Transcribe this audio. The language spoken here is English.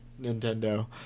Nintendo